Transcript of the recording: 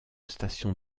station